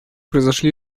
произошли